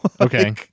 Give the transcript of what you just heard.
Okay